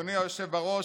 אדוני היושב בראש,